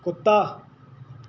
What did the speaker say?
ਕੁੱਤਾ